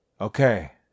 Okay